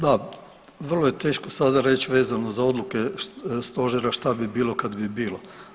Da, vrlo je teško sada reći vezano za odluke Stožera šta bi bilo kad bi bilo.